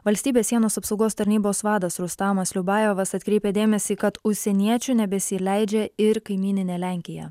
valstybės sienos apsaugos tarnybos vadas rustamas liubajevas atkreipia dėmesį kad užsieniečių nebesileidžia ir kaimyninė lenkija